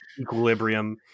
Equilibrium